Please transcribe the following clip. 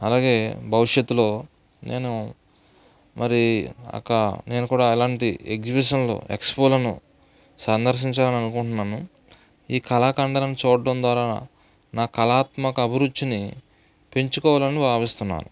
అలాగే భవిష్యత్తులో నేను మరి అక నేను కూడా ఎలాంటి ఎగ్జిబిషన్లు ఎక్స్పోలను సందర్శించాలి అనుకుంటున్నాను ఈ కళాకండాలను చూడడం ద్వారా నా కళాత్మక అభిరుచిని పెంచుకోవాలని భావిస్తున్నాను